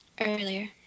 Earlier